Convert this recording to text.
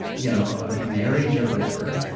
you know ah a marriage or whatever,